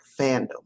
fandom